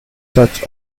such